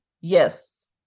Yes